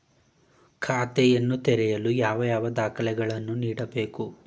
ಖಾತೆಯನ್ನು ತೆರೆಯಲು ಯಾವ ಯಾವ ದಾಖಲೆಗಳನ್ನು ನೀಡಬೇಕು?